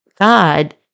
God